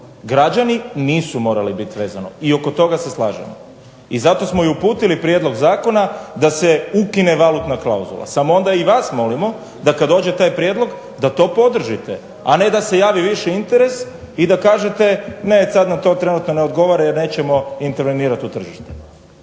Građani nisu morali biti vezani i oko toga se slažemo i zato smo i uputili prijedlog zakona da se ukine valutna klauzula, samo onda i vas molimo da kad dođe taj prijedlog da to podržite, a ne da se javi viši interes i da kažete ne, sad nam to trenutno ne odgovara jer nećemo intervenirat u tržište.